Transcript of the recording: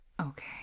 Okay